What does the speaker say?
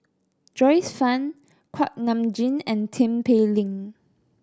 Joyce Fan Kuak Nam Jin and Tin Pei Ling